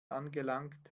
angelangt